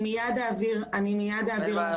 מיד אעביר לוועדה.